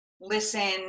listen